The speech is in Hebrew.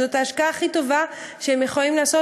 זאת ההשקעה הכי טובה שהם יכולים לעשות